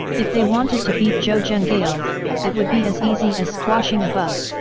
if they wanted to beat zhou zhenghao, it would be as easy as squashing a bug.